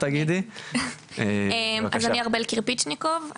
אני ארבל קירפיצניקוב,